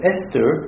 Esther